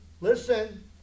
listen